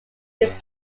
its